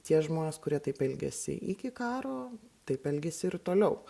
tie žmonės kurie taip elgėsi iki karo taip elgiasi ir toliau